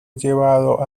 llevado